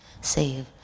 save